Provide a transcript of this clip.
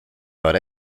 but